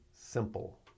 Simple